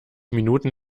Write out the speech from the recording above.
minuten